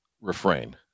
refrain